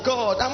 God